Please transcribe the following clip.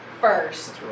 First